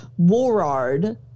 warard